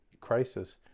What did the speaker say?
crisis